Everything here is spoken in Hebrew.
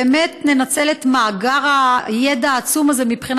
באמת ננצל את מאגר הידע העצום הזה מבחינה